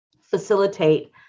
facilitate